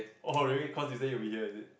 oh really cause you said you be here is it